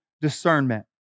discernment